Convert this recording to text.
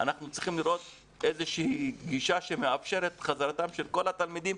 אנחנו צריכים לראות איזה שהיא גישה שמאפשרת את חזרתם של כל התלמידים,